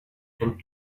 and